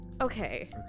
Okay